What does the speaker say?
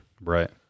Right